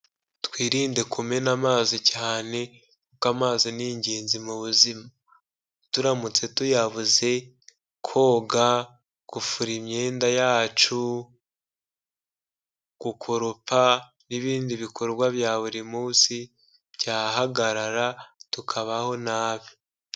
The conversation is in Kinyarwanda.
Twirinde kumena amazi cyane kuko amazi ni ingenzi mu buzima, turamutse tuyabuze koga, gufura imyenda yacu, gukoropa n'ibindi bikorwa bya buri munsi byahagarara tukabaho nabi.